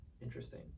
interesting